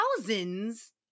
thousands